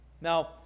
Now